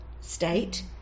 state